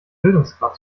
bildungsgrad